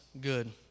good